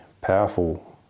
powerful